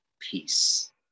peace